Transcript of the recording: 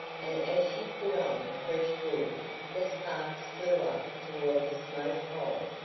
and as she put on fresh wood the sparks flew up toward the smoke hole,